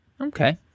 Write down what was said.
Okay